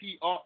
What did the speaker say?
PR